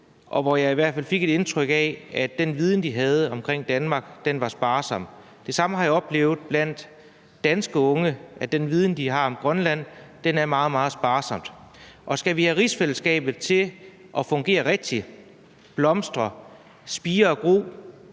og jeg fik i hvert fald fik et indtryk af, at den viden, de havde om Danmark, var sparsom. Det samme har jeg oplevet blandt danske unge, altså at den viden, de har om Grønland, er meget, meget sparsom. Og skal vi have rigsfællesskabet til at fungere rigtigt, blomstre og spire og gro,